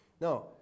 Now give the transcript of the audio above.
Now